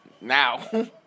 Now